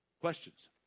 Questions